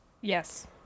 Yes